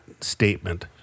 statement